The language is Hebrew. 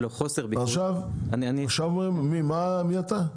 מי אתה?